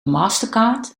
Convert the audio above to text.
mastercard